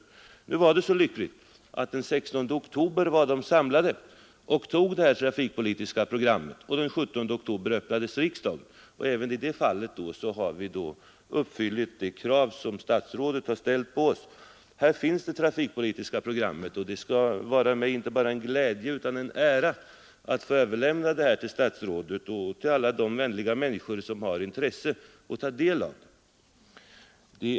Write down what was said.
Och nu var det så lyckligt att de var samlade den 16 oktober, och då tog de det trafikpolitiska programmet, och den 17 oktober inledde riksdagen sin hös uppfyllt de krav som statsrådet st Här finns nu det trafikpolitiska programmet, och det skall bli mig inte bara en glädje utan också en ära att få överlämna det till statsrådet och ssion. Även i det fallet har vi sålunda ällt på oss. till alla de vänliga människor som är intresserade och vill ta del av det.